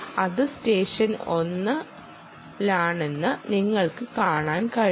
ഇത് സ്റ്റേഷൻ 1 ലാണെന്ന് നിങ്ങൾക്ക് കാണാൻ കഴിയും